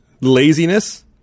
laziness